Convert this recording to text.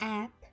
app